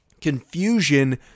confusion